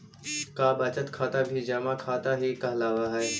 का बचत खाता भी जमा खाता ही कहलावऽ हइ?